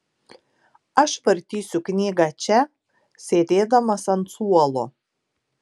aš vartysiu knygą čia sėdėdamas ant suolo